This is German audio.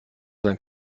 sein